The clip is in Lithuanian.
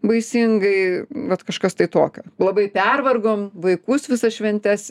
baisingai vat kažkas tai tokio labai pervargom vaikus visas šventes